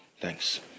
Thanks